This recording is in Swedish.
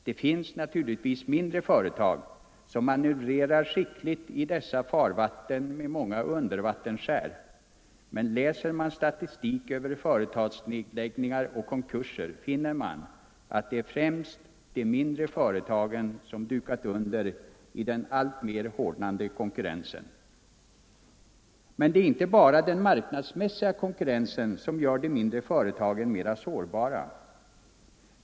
Det finns naturligtvis mindre företag som manövrerar skickligt i dessa farvatten med många undervattensskär, men läser man statistik över företagsnedläggningar och konkurser finner man att det är främst de mindre företagen som har dukat under i den alltmer hårdnande konkurrensen. Men det är inte bara den marknadsmässiga konkurrensen som gör de mindre företagen mer sårbara.